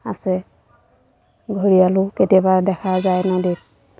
আছে ঘৰিয়ালো কেতিয়াবা দেখা যায় নদীত